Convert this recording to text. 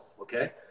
Okay